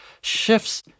shifts